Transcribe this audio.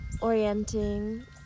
orienting